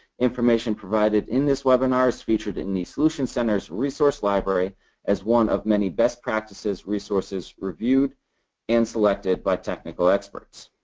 information provided in this webinar is featured in the solutions center's resource library as one of many best practices resources reviewed and selected by technical experts.